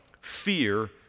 fear